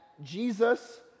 Jesus